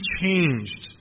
changed